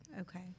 Okay